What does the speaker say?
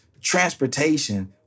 transportation